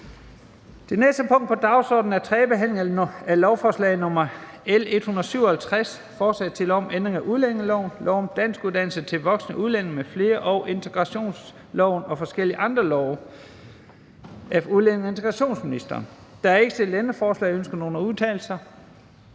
Det næste punkt på dagsordenen er: 5) 3. behandling af lovforslag nr. L 157: Forslag til lov om ændring af udlændingeloven, lov om danskuddannelse til voksne udlændinge m.fl. og integrationsloven og forskellige andre love. (Ny opholdsordning for medfølgende familie til hjemvendende udlandsdanskere med visse